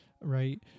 right